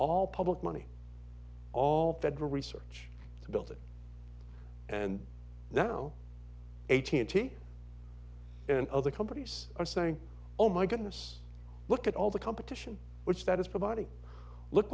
all public money all federal research to build it and now eighty and other companies are saying oh my goodness look at all the competition which that is providing look